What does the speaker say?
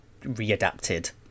readapted